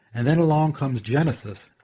and then along comes genesis,